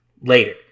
later